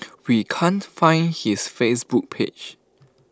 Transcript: we can't find his Facebook page